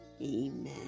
Amen